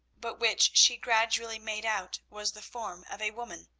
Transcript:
but which she gradually made out was the form of a woman,